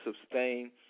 sustain